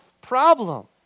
problem